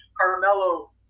Carmelo